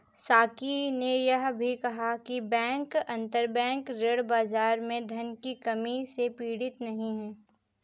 साकी ने यह भी कहा कि बैंक अंतरबैंक ऋण बाजार में धन की कमी से पीड़ित नहीं हैं